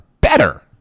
better